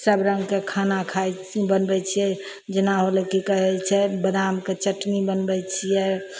सब रङ्गके खाना खाय बनबय छियै जेना होलय की कहय छै बादामके चटनी बनबय छियै